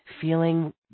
feeling